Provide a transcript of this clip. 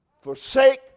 forsake